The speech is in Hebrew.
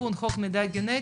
לתיקון חוק מידע גנטית,